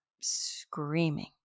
screaming